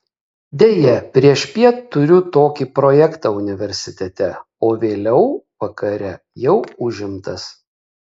deja priešpiet turiu tokį projektą universitete o vėliau vakare jau užimtas